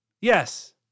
Yes